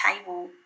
table